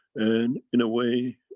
and, in a way,